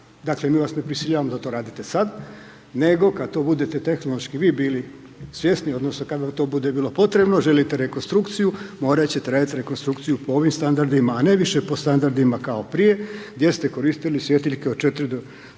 Dakle, mi vas ne prisiljavamo da to radite sad, nego kad to budete tehnološki vi bili svjesni odnosno kad vam to bude bilo potrebno, želite rekonstrukciju, morat ćete raditi rekonstrukciju po ovim standardima, a ne više po standardima kao prije gdje ste koristili svjetiljke od 4 do 5